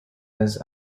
his